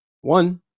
One